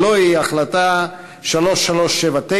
הלוא היא החלטה 3379,